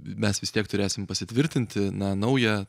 mes vis tiek turėsim pasitvirtinti na naują